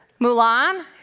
Mulan